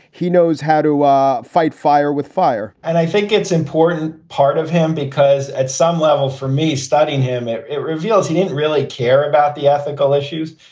he knows how to ah fight fire with fire and i think it's important part of him because at some level, for me studying him, it it reveals he didn't really care about the ethical issues,